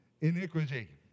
iniquity